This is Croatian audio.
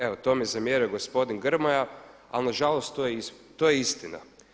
Evo to mi je zamjerio gospodin Grmoja, ali nažalost to je istina.